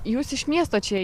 jūs iš miesto čia